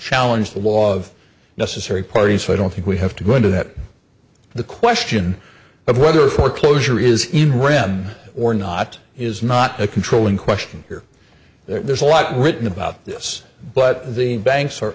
challenge the law of necessary parties so i don't think we have to go into that the question of whether foreclosure is in rem or not is not a controlling question here there's a lot written about this but the banks are